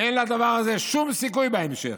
אין לדבר הזה שום סיכוי בהמשך.